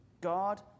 God